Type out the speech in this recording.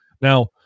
Now